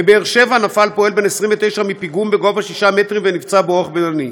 בבאר-שבע נפל פועל בן 29 מפיגום בגובה שישה מטרים ונפצע באורח בינוני,